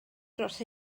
dros